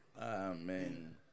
Amen